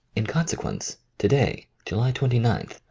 in consequence, to-day, july twenty nine,